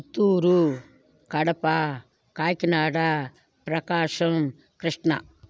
Puttur Kadapa Kakinada Prakasam Krishna